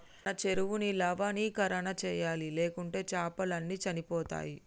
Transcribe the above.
మన చెరువుని లవణీకరణ చేయాలి, లేకుంటే చాపలు అన్ని చనిపోతయ్